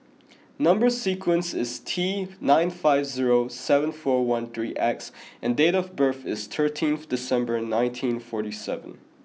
number sequence is T nine five zero seven four one three X and date of birth is thirteenth December nineteen forty seven